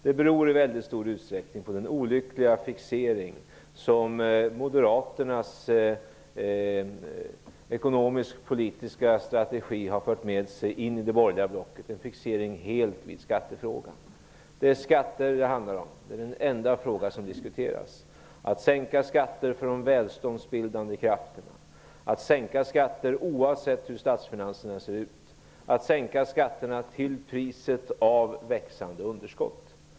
Det beror i stor utsträckning på den olyckliga fixering vid skattefrågan som Moderaternas ekonomisk-politiska strategi har fört med sig in i det borgerliga blocket. Det handlar om skatter - det är den enda fråga som diskuteras; att sänka skatter för de välståndsbildande krafterna, att sänka skatter oavsett hur statsfinanserna ser ut, att sänka skatter till priset av växande underskott.